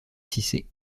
cissé